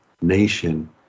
nation